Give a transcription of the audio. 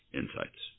insights